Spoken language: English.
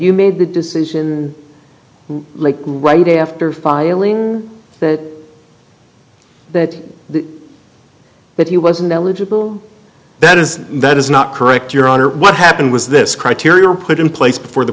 you made the decision like right after filing that that the but he wasn't eligible that is that is not correct your honor what happened was this criteria were put in place before the